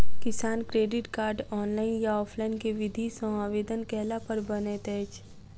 किसान credit card, online या offline केँ विधि सँ आवेदन कैला पर बनैत अछि?